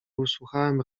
usłuchałem